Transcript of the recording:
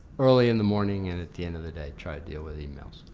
early in the morning and at the end of the day try to deal with emails.